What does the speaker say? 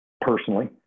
personally